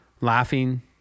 Laughing